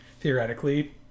theoretically